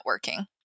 networking